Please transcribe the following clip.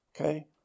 okay